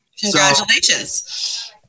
Congratulations